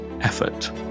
effort